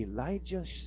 Elijah